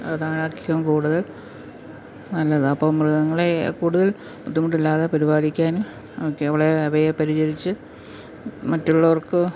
കൂടുതൽ നല്ലതാ അപ്പം മൃഗങ്ങളെ കൂടുതൽ ബുദ്ധിമുട്ടില്ലാതെ പരിപാലിക്കാനും അവറ്റകളെ അവയെ പരിചരിച്ച് മറ്റുള്ളവർക്ക്